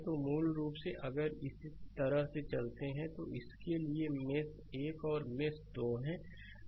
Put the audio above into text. तो मूल रूप से अगर इस तरह से चलते हैं तो इसके लिए मेष 1 है और यह मेष2 है